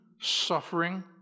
suffering